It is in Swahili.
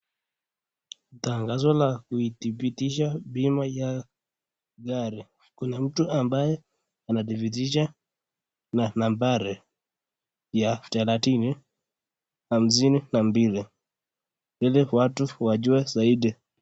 Tangazo ya kuithibitisha bima ya gari, kuna mtu ambaye anathibitisha na nambari ya thelathini hamsini na mbili ili watu wajue zaidi.